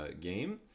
game